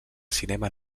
cinema